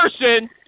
person